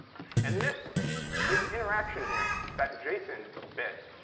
and this this interaction here, that json bit,